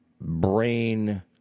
Brain